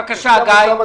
בבקשה, גיא גולדמן.